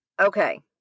okay